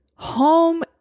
Home